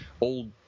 old